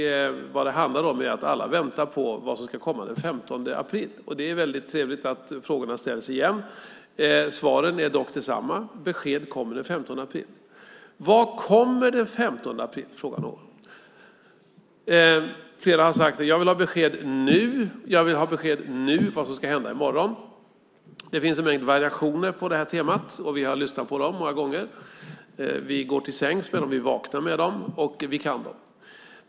Vad det handlar om är att alla väntar på vad som ska komma den 15 april. Det är väldigt trevligt att frågorna ställs igen. Svaret är dock detsamma. Besked kommer den 15 april. Vad kommer den 15 april? frågar någon. Flera har sagt: Jag vill ha besked nu om vad som ska hända i morgon. Det finns en mängd variationer på det här temat, och vi har lyssnat på dem många gånger. Vi går till sängs med dem. Vi vaknar med dem, och vi kan dem.